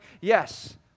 Yes